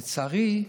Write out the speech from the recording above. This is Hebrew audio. לצערי,